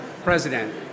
president